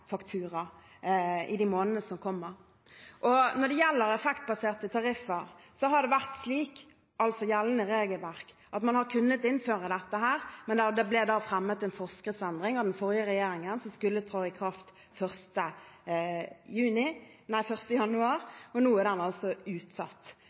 i månedene som kommer. Når det gjelder effektbaserte tariffer, har det vært slik – altså i gjeldende regelverk– at man har kunnet innføre dette, men den forrige regjeringen fremmet en forskriftsendring som skulle tre i kraft 1. januar. Nå er den